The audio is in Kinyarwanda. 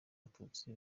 abatutsi